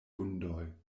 vundoj